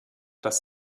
das